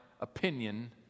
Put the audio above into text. opinion